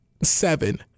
Seven